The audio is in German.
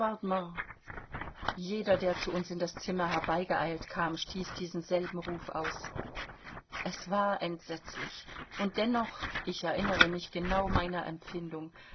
jeder der zu uns in das zimmer herbeigeeilt kam stieß diesen selben ruf aus es war entsetzlich und dennoch ich erinnere mich genau meiner empfindung